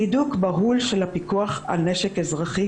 הידוק בהול של הפיקוח על נשק אזרחי,